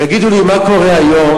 תגידו לי מה קורה היום